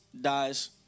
dies